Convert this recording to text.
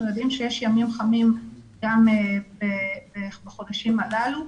יודעים שיש ימים חמים גם בחודשים הללו.